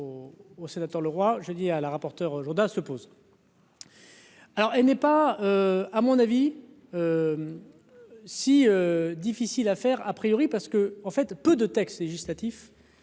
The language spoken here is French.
au sénateur le roi, j'ai dit à la rapporteure Jourdain se pose. Alors, elle n'est pas, à mon avis. Si difficile à faire, a priori, parce que, en fait, peu de textes législatifs.